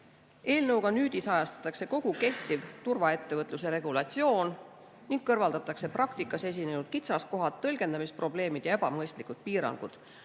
Eelnõuga nüüdisajastatakse kogu kehtiv turvaettevõtluse regulatsioon ning kõrvaldatakse praktikas esinenud kitsaskohad, tõlgendamisprobleemid ja ebamõistlikud